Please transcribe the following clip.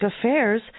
Affairs